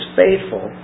faithful